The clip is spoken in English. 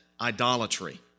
idolatry